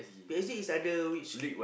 P_S_G is under which